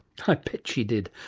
i bet she did.